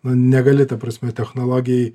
na negali ta prasme technologijai